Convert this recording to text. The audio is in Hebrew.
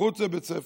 מחוץ לבית הספר,